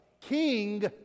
King